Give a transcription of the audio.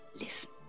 Listen